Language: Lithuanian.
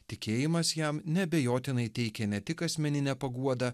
tikėjimas jam neabejotinai teikė ne tik asmeninę paguodą